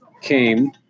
came